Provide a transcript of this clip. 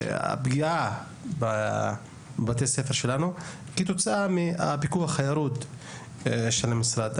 הפגיעה בבתי ספר שלנו כתוצאה מהפיקוח הירוד של המשרד.